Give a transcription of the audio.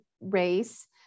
race